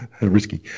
risky